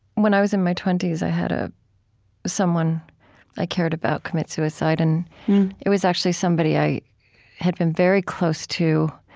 when i was in my twenty s, i had ah someone i cared about commit suicide. and it was actually somebody i had been very close to,